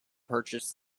purchase